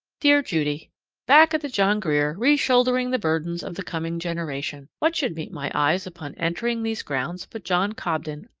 dear judy back at the john grier, reshouldering the burdens of the coming generation. what should meet my eyes upon entering these grounds but john cobden,